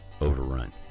overrun